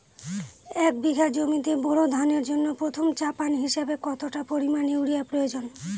এক বিঘা জমিতে বোরো ধানের জন্য প্রথম চাপান হিসাবে কতটা পরিমাণ ইউরিয়া প্রয়োজন?